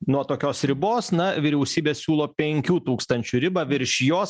nuo tokios ribos na vyriausybė siūlo penkių tūkstančių ribą virš jos